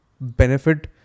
benefit